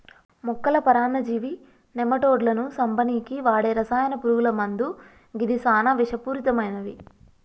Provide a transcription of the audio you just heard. మొక్కల పరాన్నజీవి నెమటోడ్లను సంపనీకి వాడే రసాయన పురుగుల మందు గిది సానా విషపూరితమైనవి